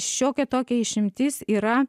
šiokia tokia išimtis yra